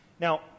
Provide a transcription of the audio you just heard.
Now